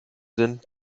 sind